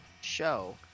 show